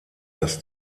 dass